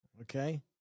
Okay